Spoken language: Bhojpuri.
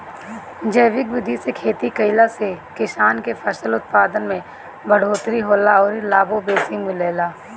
जैविक विधि से खेती कईला से किसान के फसल उत्पादन में बढ़ोतरी होला अउरी लाभो बेसी मिलेला